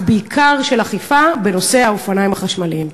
בעיקר של אכיפה בנושא האופניים החשמליים.